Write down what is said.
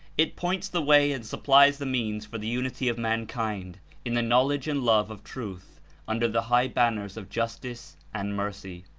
it points the way and supplies the means for the unity of mankind in the knowledge and love of truth under the high banners of justice and mercy.